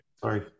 sorry